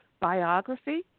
biography